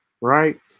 right